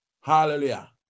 Hallelujah